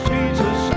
Jesus